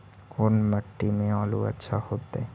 कोन मट्टी में आलु अच्छा होतै?